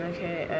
Okay